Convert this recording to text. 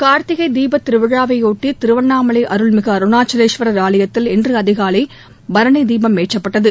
கார்த்திகை தீபத் திருவிழாவையொட்டி திருவண்ணாமலை அருள்மிகு அருணாச்சலேஸ்வர் ஆலயத்தில் இன்று அதிகாலை பரணி தீபம் ஏற்றப்பட்டது